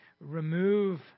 remove